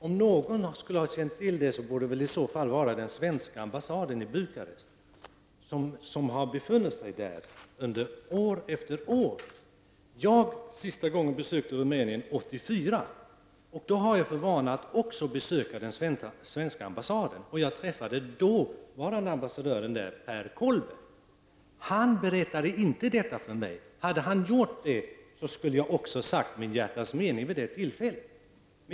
Om någon skulle ha känt till detta, borde det ha varit personalen på den svenska ambassaden i Bukarest, som har befunnit sig där år efter år. Jag besökte Rumänien senast 1984. Jag brukar ha för vana att även besöka den svenska ambassaden. Jag träffade då den dåvarande ambassadören Per Kollberg. Han berättade inte detta för mig. Hade han gjort det skulle jag också ha sagt mitt hjärtas mening vid det tillfället.